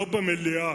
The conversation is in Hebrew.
לא במליאה,